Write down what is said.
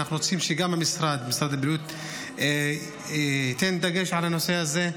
ואנחנו רוצים שגם משרד הבריאות ייתן דגש על הנושא הזה.